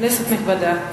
כנסת נכבדה,